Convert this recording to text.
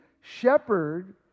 shepherd